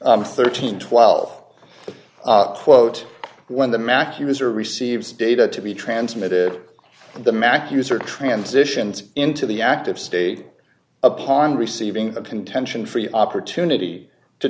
thirteen twelve quote when the mac user receives data to be transmitted the mac user transitions into the active state upon receiving the contention for the opportunity to